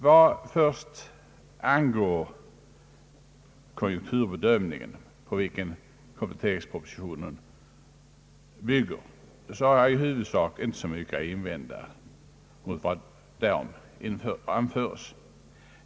Vad först angår konjunkturbedömningen, på vilken kompletteringspropositionen bygger, har jag i huvudsak inte så mycket att invända mot vad som därom anförs.